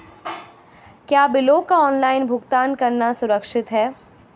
क्या बिलों का ऑनलाइन भुगतान करना सुरक्षित है?